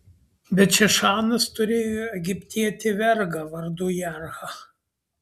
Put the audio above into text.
bet šešanas turėjo egiptietį vergą vardu jarhą